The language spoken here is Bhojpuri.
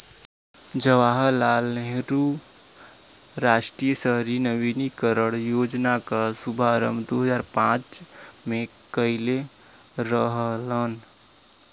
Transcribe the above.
जवाहर लाल नेहरू राष्ट्रीय शहरी नवीनीकरण योजना क शुभारंभ दू हजार पांच में कइले रहलन